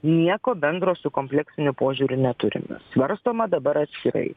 nieko bendro su kompleksiniu požiūriu neturima svarstoma dabar atskirai